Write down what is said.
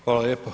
Hvala lijepa.